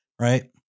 right